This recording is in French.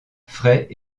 frais